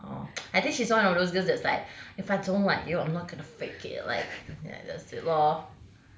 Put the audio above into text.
oh I think she's one of those girls that's like if I don't like you I'm not going to fake it like ya that's it lor